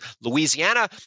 Louisiana